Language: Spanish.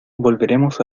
volveremos